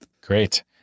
Great